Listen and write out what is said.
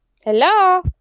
Hello